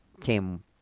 came